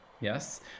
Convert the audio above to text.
Yes